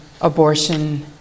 abortion